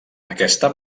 aquesta